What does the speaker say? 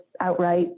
outright